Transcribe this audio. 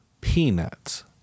peanuts